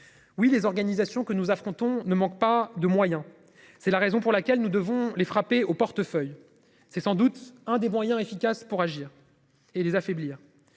Oui les organisations que nous affrontons ne manque pas de moyens. C'est la raison pour laquelle nous devons les frapper au portefeuille. C'est sans doute un des moyens efficaces pour agir et les affaiblir.